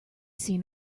seen